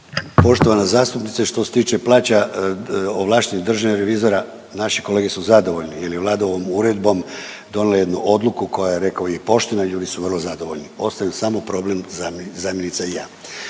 Poštovana zastupnice, što se tiče plaća ovlaštenih državnih revizora naši kolege su zadovoljna jer je Vlada ovom uredbom donijela jednu odluku koja je rekao bi poštena i ljudi su vrlo zadovoljni, ostaju samo problem zamjenica i ja.